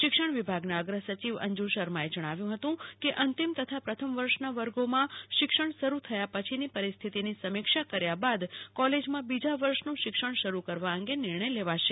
શિક્ષણ વિભાગના અગ્રસચિવ અંજુ શર્માએ જણાવ્યું હતું કે અંતિમ તથા પ્રથમ વર્ષના વર્ગોમાં શિક્ષણ શરૂ થયા પછીની પરિસ્થિતિની સમીક્ષા કર્યા બાદ કોલેજમાં બીજા વર્ષનું શિક્ષણ શરૂ કરવા અંગે નિર્ણય લેવાશે